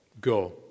go